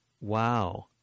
Wow